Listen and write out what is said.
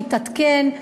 להתעדכן,